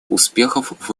успехов